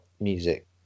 music